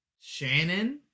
Shannon